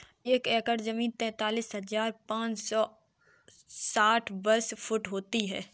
एक एकड़ जमीन तैंतालीस हजार पांच सौ साठ वर्ग फुट होती है